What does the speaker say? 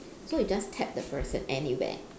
so you just tap the person anywhere